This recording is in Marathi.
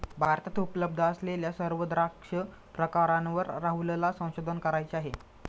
भारतात उपलब्ध असलेल्या सर्व द्राक्ष प्रकारांवर राहुलला संशोधन करायचे आहे